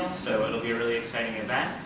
so it'll be a really exciting event.